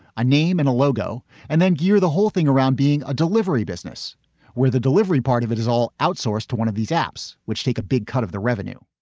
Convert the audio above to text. a name and a logo, and then gear the whole thing around being a delivery business where the delivery part of it is all outsourced to one of these apps, which take a big cut of the revenue